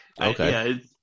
Okay